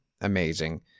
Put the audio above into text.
amazing